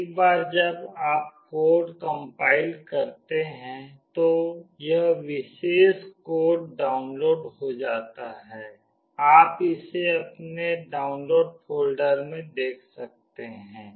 एक बार जब आप कोड कम्पाइल कर लेते हैं तो यह विशेष कोड डाउनलोड हो जाता है आप इसे अपने डाउनलोड फ़ोल्डर में देख सकते हैं